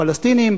פלסטינים,